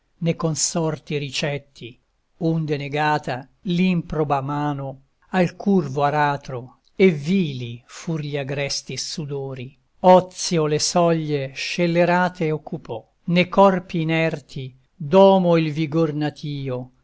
e stringe ne consorti ricetti onde negata l'improba mano al curvo aratro e vili fur gli agresti sudori ozio le soglie scellerate occupò ne corpi inerti domo il vigor natio